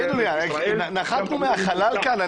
רגע, נחתנו מהחלל כאן?